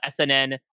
SNN